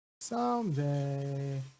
Someday